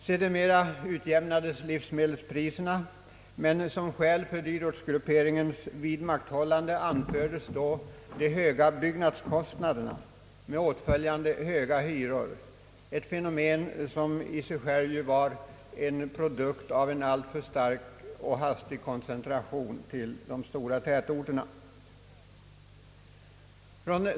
Sedermera utjämnades livsmedelspriserna, men som skäl för dyrortsgrupperingens vidmakthållande anförde man då de höga byggnadskostnaderna med åtföljande höga hyror, ett fenomen som ju i sig självt var produkten av en alltför stark och hastig koncentration av befolkningen till de stora tätorterna.